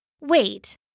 wait